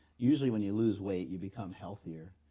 usually when you lose weight you become healthier.